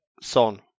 Son